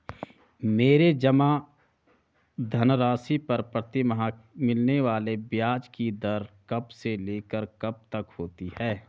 मेरे जमा धन राशि पर प्रतिमाह मिलने वाले ब्याज की दर कब से लेकर कब तक होती है?